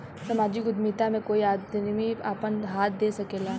सामाजिक उद्यमिता में कोई आदमी आपन हाथ दे सकेला